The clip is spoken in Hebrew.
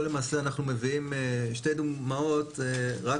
פה למעשה אנחנו מביאים שתי דוגמאות רק